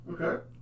Okay